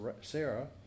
Sarah